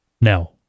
Now